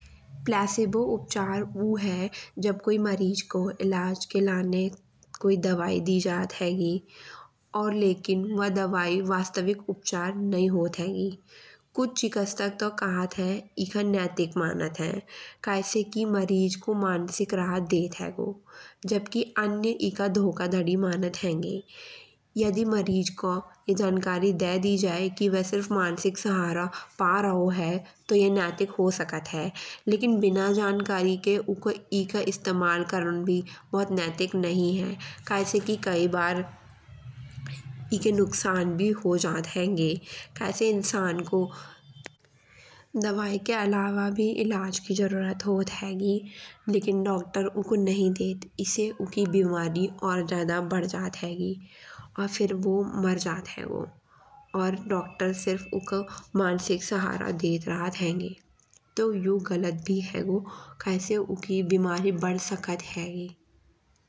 प्लेसिबो उपचार वो है जब कोई मरीज़ को इलाज के लाने कोई दवाई दी जात हेगी। और लकिन वह दवाई वास्तविक उपचार नई होत हेगी। कुछ चिकित्सक तो कहत हैं एका नैतिक मानत हैं। कै से कि मरीज़ को मानसिक राहत देत हेगो। जबकि अन्य एका धोखाधड़ी मानत हैंगे। यदि मरीज़ को ये जानकारी दे दी जाए कि वह सिर्फ मानसिक सहारा पा रओ है तो यह नैतिक हो सकत है। लकिन बिना जानकारी के उको एका इस्तेमाल करन ते भी भोत नैतिक नई है। कै से कि कई बार एका नुकसान भी हो जात हैंगे। कै से इंसान को दवाई के अलावा भी इलाज की जरूरत होत हेगी। लकिन डॉक्टर उको नहीं देत। एसे उकी बीमारी और ज्यादा बढ़ जात हेगी और फिर वो मर जात हेगो। और डॉक्टर सिर्फ उको मानसिक सहारा देत रहत हैंगे। तो यो गलत भी हेगो कै से उकी बीमारी बढ़ सकत हेगी।